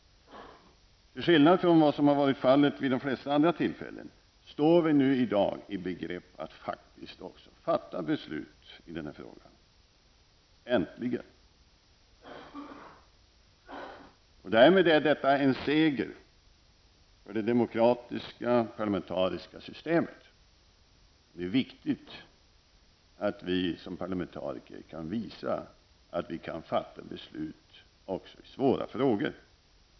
Till skillnad från vad som har varit fallet vid de flesta av de andra tillfällena, står vi faktiskt i dag i begrepp att också fatta beslut i frågan -- äntligen. Det är en seger för det demokratiska parlamentariska systemet. Det är viktigt att vi som parlamentariker kan visa att vi kan fatta beslut också i svåra frågor.